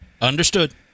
Understood